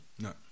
No